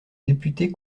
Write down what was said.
députés